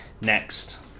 next